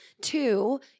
Two